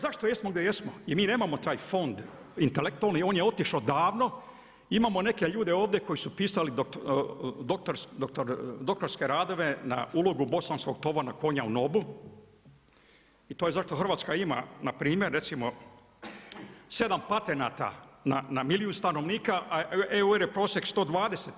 Zašto jesmo gdje jesmo i mi nemamo taj fond intelektualni on je otišao davno, imamo neke ljude ovdje koji su pisali doktorske radove na ulogu bosanskog tovarnog konja u NOB-u i to je zašto Hrvatska ima npr. recimo sedam patenata na milijun stanovnika, a EU je prosjek 120.